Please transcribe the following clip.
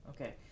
Okay